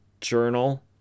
journal